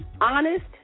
honest